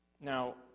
Now